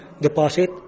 deposit